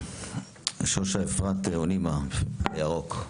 שושה אפרת אונימה, עלה ירוק.